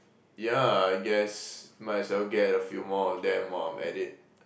yeah I guess might as well get a few more of them while I'm at it